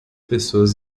pessoas